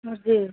جی